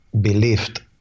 believed